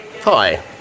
Hi